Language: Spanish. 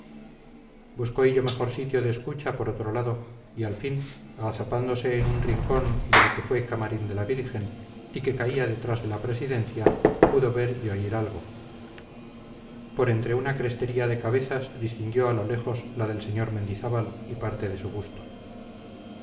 buscó hillo mejor sitio de escucha por otro lado y al fin agazapándose en un rincón de lo que fue camarín de la virgen y que caía detrás de la presidencia pudo ver y oír algo por entre una crestería de cabezas distinguió a lo lejos la del sr mendizábal y parte de su busto